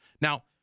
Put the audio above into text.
Now